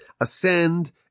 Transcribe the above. ascend